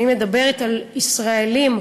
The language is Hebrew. אני מדברת על ישראלים,